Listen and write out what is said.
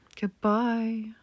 Goodbye